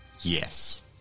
Yes